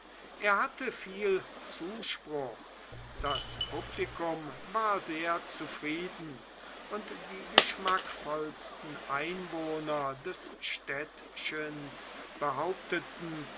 er hatte viel zuspruch das publikum war sehr zufrieden und die geschmackvollsten einwohner des städtchens behaupteten